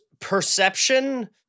perception